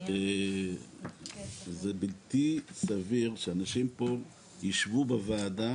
זה בלתי סביר שאנשים פה ישבו בוועדה